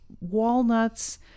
walnuts